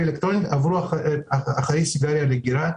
אלקטרונית עברו לעשן אותה לאחר עישון סיגריה רגילה.